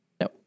No